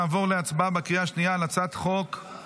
נעבור להצבעה בקריאה השנייה על הצעת חוק-יסוד: